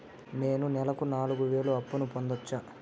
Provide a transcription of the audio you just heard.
నేను నెలకు నాలుగు వేలు అప్పును పొందొచ్చా?